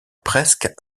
presque